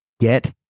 Get